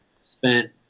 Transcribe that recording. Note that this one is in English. spent